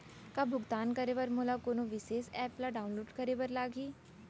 का भुगतान करे बर मोला कोनो विशेष एप ला डाऊनलोड करे बर लागही